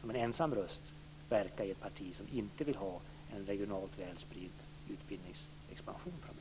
som en ensam röst verka i ett parti som inte vill ha en regionalt väl spridd utbildningsexpansion framöver.